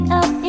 up